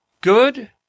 good